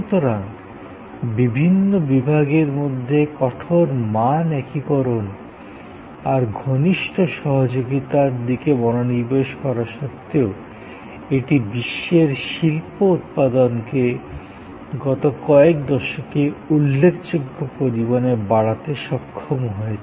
সুতরাং বিভিন্ন বিভাগের মধ্যে কঠোর মান একীকরণ আর ঘনিষ্ঠ সহযোগিতার দিকে মনোনিবেশ করা সত্ত্বেও এটি বিশ্বের শিল্পের উৎপাদনকে গত কয়েক দশকে উল্লেখযোগ্য পরিমাণে বাড়াতে সক্ষম হয়েছে